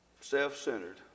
Self-centered